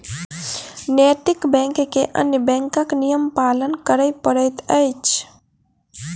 नैतिक बैंक के अन्य बैंकक नियम पालन करय पड़ैत अछि